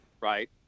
right